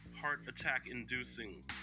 heart-attack-inducing